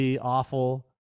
awful